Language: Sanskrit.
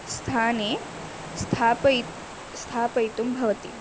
स्थाने स्थापितं स्थापयितुं भवति